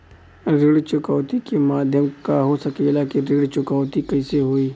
ऋण चुकौती के माध्यम का हो सकेला कि ऋण चुकौती कईसे होई?